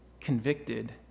convicted